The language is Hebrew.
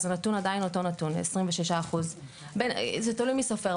אז הנתון הוא עדיין אותו נתון 26.5%. זה תלוי מי סופר,